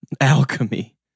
Alchemy